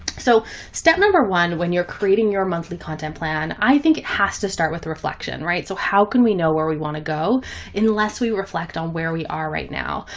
so step number one, when you're creating your monthly content plan, i think it has to start with the reflection, right? so how can we know where we want to go unless we reflect on where we are right now?